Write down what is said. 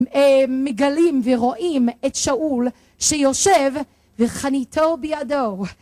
מגלים ורואים את שאול שיושב וחניתו בידו